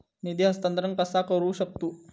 निधी हस्तांतर कसा करू शकतू?